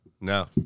No